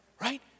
Right